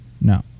No